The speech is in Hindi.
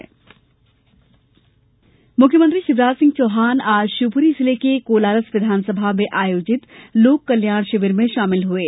मुख्यमंत्री मुख्यमंत्री शिवराज सिंह चौहान आज शिवपुरी जिले के कोलारस विधानसभा में आयोजित लोक कल्याण शिविर में शामिल हुये